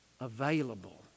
Available